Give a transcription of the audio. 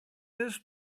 this